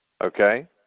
Okay